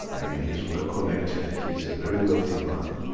i mean, he's well-connected. he's a very wealthy man.